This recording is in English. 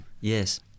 Yes